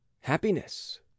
happiness